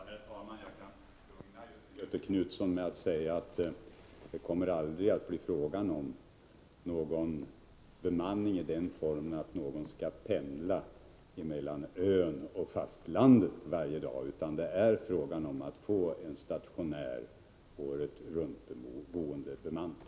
Herr talman! Jag kan lugna Göthe Knutson genom att säga att det aldrig kommer att bli fråga om bemanning i den formen att någon skall pendla mellan ön och fastlandet varje dag. Det är fråga om en stationär åretruntboende bemanning.